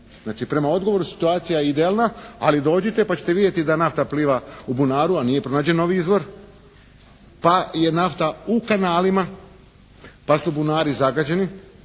Znači, prema odgovoru situacija je idealna ali dođite pa ćete vidjeti da nafta pliva u bunaru, a nije pronađen novi izvor, pa je nafta u kanalima, pa su bunari zagađeni,